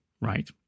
right